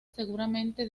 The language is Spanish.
seguramente